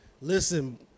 Listen